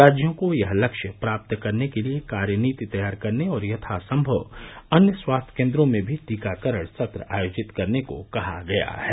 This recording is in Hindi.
राज्यों को यह लक्ष्य प्राप्त करने के लिए कार्यनीति तैयार करने और यथासंभव अन्य स्वास्थ्य केन्द्रों में भी टीकाकरण सत्र आयोजित करने को कहा गया है